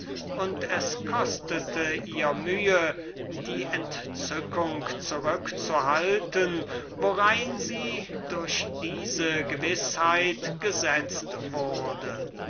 und es kostete sie die entzückung zurückzuhalten worin sie durch diese gewißheit gesetzt wurde